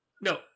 no